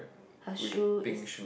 her shoe is